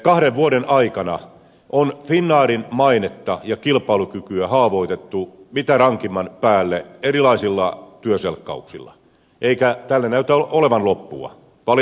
kahden vuoden aikana on finnairin mainetta ja kilpailukykyä haavoitettu mitä rankimman päälle erilaisilla työselkkauksilla eikä tälle näytä olevan loppua valitettavasti